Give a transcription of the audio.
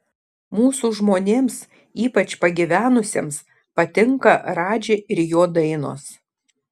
mūsų žmonėms ypač pagyvenusiems patinka radži ir jo dainos